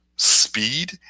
Speed